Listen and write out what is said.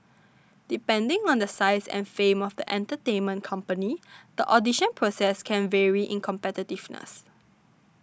depending on the size and fame of the entertainment company the audition process can vary in competitiveness